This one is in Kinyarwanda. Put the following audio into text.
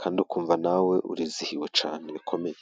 kandi ukumva nawe urizihiwe cyane bikomeye.